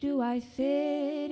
do i say